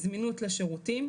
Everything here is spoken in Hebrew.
וזמינות לשירותים.